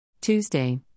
Tuesday